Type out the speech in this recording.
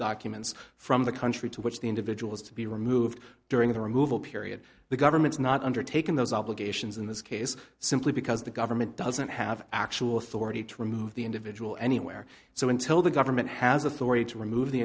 documents from the country to which the individual is to be removed during the removal period the government's not undertaking those obligations in this case simply because the government doesn't have actual authority to remove the individual anywhere so until the government has authority to remove the